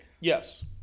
Yes